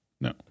No